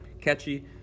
catchy